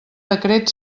decret